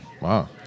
Wow